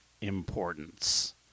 importance